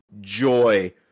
joy